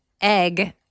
egg